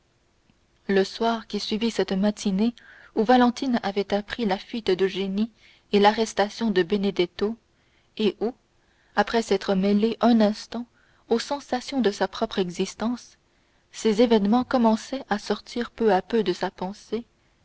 le soir qui suivit cette matinée où valentine avait appris la fuite d'eugénie et l'arrestation de benedetto et où après s'être mêlés un instant aux sensations de sa propre existence ces événements commençaient à sortir peu à peu de sa pensée